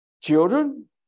children